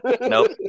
Nope